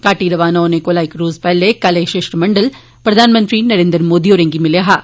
घाटी रवाना होने कोला इक रोज पैहले कल एह् शिष्टमंडल प्रघानमंत्री नरेन्द्र मोदी होरें गी मिलेआ हा